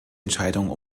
entscheidungen